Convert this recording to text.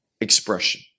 expression